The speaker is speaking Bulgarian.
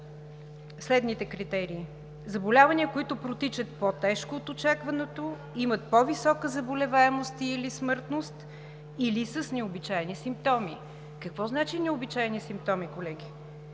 следните критерии: „заболявания, които протичат по-тежко от очакваното, имат по-висока заболеваемост или смъртност, или с необичайни симптоми“. Какво значи необичайни симптоми, колеги?